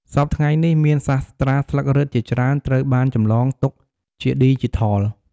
សព្វថ្ងៃនេះ មានសាស្ត្រាស្លឹករឹតជាច្រើនត្រូវបានចម្លងទុកជាឌីជីថល។